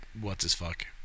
what's-his-fuck